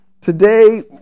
Today